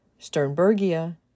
Sternbergia